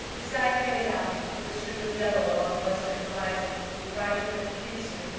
the sky faded out, but the strip of yellow along the western horizon grew brighter and fiercer,